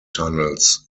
tunnels